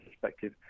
perspective